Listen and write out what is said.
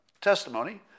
testimony